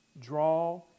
draw